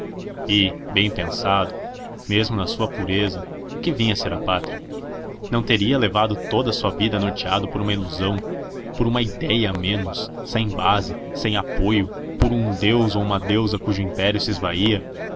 e bem pensando mesmo na sua pureza o que vinha a ser a pátria não teria levado toda a sua vida norteado por uma ilusão por uma idéia a menos sem base sem apoio por um deus ou uma deusa cujo império se